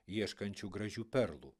ieškančiu gražių perlų